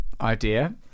idea